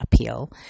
appeal